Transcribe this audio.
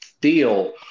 deal